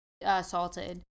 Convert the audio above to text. assaulted